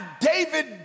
David